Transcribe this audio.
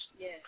Yes